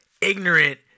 ignorant